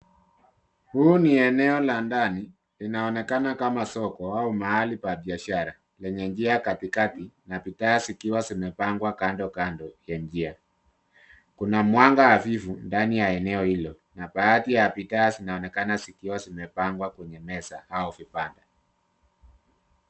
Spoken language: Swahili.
Huu ni eneo la ndani, inaonekana kama soko, au mahali pa biashara, lenye njia katikati, na bidhaa zikiwa zimepangwa zikiwa kando kando, ya njia. Kuna mwanga hafifu, ndani ya eneo hilo, na baadhi ya bidhaa zinaonekana zikiwa zimepangwa kwenye meza, au vibanda.